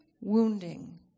wounding